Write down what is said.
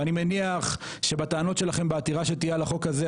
ואני מניח שבטענות שלכם בעתירה שתהיה על החוק הזה,